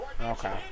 Okay